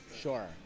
sure